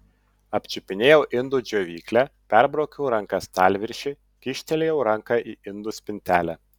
apčiupinėjau indų džiovyklę perbraukiau ranka stalviršį kyštelėjau ranką į indų spintelę